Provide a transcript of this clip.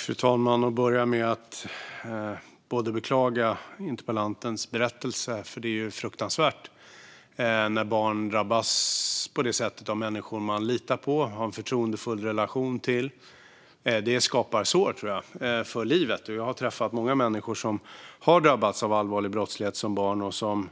Fru talman! Jag vill börja med att beklaga interpellantens berättelse. Det är fruktansvärt när barn utsätts på det sättet av människor man litar på och har en förtroendefull relation till. Det skapar sår för livet, tror jag. Jag har träffat många människor som har drabbats av allvarlig brottslighet som barn och som